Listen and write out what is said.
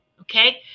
okay